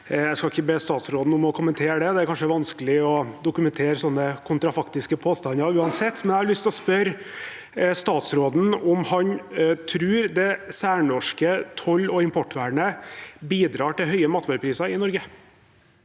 Jeg skal ikke be statsråden om å kommentere det, det er kanskje vanskelig å dokumentere sånne kontrafaktiske påstander uansett, men jeg har lyst til å spørre statsråden om han tror det særnorske toll- og importvernet bidrar til høye matvarepriser i Norge.